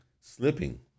Slipping